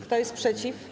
Kto jest przeciw?